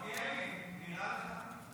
מלכיאלי, נראה לך?